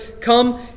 come